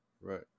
Right